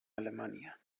alemanya